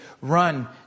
run